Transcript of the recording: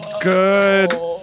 Good